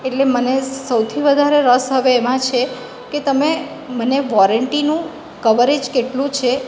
એટલે મને સૌથી વધારે રસ હવે એમાં છે કે તમે મને વૉરંટીનું કવરેજ કેટલું છે